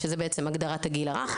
שזה בעצם הגדרת הגיל הרך,